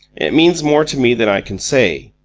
it means more to me than i can say.